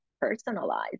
personalized